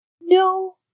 no